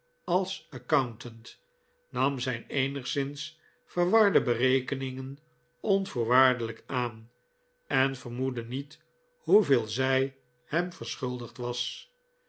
als accountant nam zijn eenigszins verwarde berekeningen onvoorwaardelijk aan en vermoedde niet hoeveel zij hem verschuldigd was